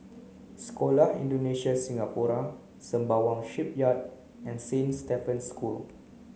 Sekolah Indonesia Singapura Sembawang Shipyard and Saint Stephen's School